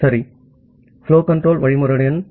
சரி flow control வழிமுறையுடன் தொடங்குவோம்